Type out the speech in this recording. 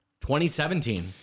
2017